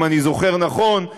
אם אני זוכר נכון,